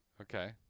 Okay